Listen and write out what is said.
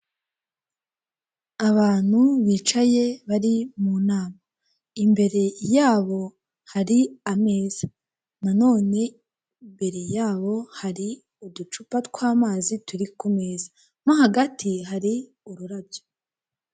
Abantu bicaye bari mu nama. Imbere yabo hari ameza. Nanone imbere yabo, hari uducupa tw'amazi turi ku meza. Mo hagati hari ururabyo.